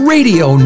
Radio